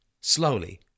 slowly